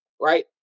Right